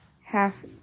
half